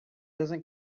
doesn’t